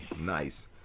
Nice